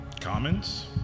Comments